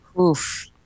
oof